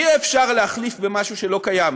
אי-אפשר להחליף משהו במשהו שלא קיים,